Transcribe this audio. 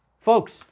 Folks